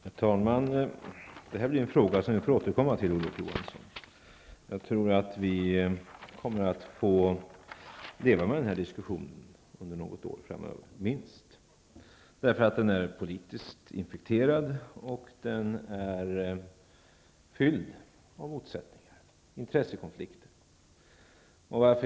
Herr talman! Det här blir en fråga som vi får återkomma till, Olof Johansson. Jag tror att vi kommer att få leva med den här diskussionen under något år framöver, minst, därför att den är politiskt infekterad och fylld av motsättningar, intressekonflikter.